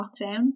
lockdown